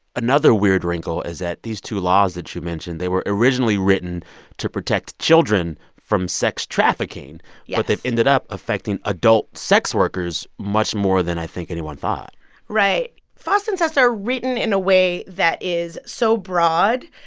another weird wrinkle is that these two laws that you mentioned they were originally written to protect children from sex trafficking yes yeah but they've ended up affecting adult sex workers much more than i think anyone thought right. fosta and sesta are written in a way that is so broad.